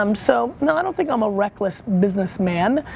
um so no, i don't think i'm a reckless businessman.